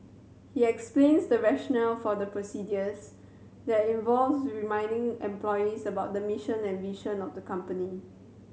he explains the rationale for the procedures that involves reminding employees about the mission and vision of the company